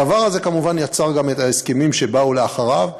הדבר הזה כמובן יצר גם את ההסכמים שבאו לאחריו,